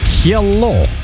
Hello